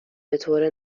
بطور